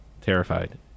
terrified